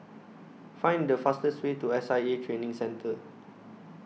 Find The fastest Way to S I A Training Centre